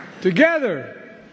Together